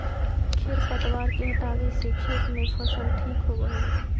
खेर पतवार के हटावे से खेत में फसल ठीक होबऽ हई